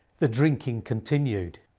the drinking continued.